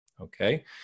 Okay